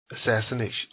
Assassination